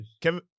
Kevin